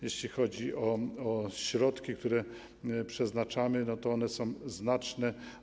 Jeśli chodzi o środki, które na to przeznaczamy, to one są znaczne.